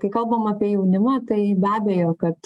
kai kalbam apie jaunimą tai be abejo kad